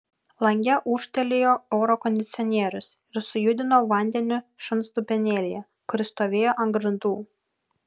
lange ūžtelėjo oro kondicionierius ir sujudino vandenį šuns dubenėlyje kuris stovėjo ant grindų